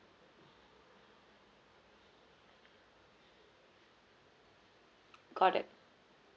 got it